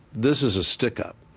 this is a stick up.